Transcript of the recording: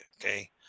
okay